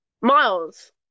Miles